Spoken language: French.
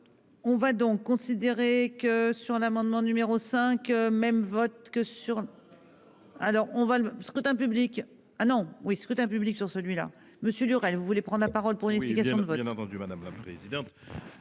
On va donc considérer que sur l'amendement numéro 5 même votre que sur. Alors on va le scrutin public. Ah non oui scrutin public sur celui-là monsieur Duret vous voulez prendre la parole pour. Je pas bien entendu madame la présidente.